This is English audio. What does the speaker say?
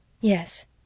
Yes